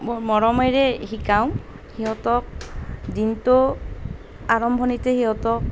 বৰ মৰমেৰে শিকাওঁ সিহঁতক দিনটোৰ আৰম্ভণিতে সিহঁতক